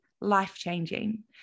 life-changing